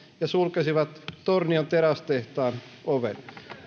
ja sulkisivat tornion terästehtaan ovet